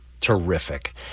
terrific